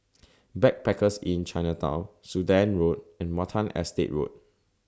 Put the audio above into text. Backpackers Inn Chinatown Sudan Road and Watten Estate Road